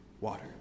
water